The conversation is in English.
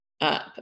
up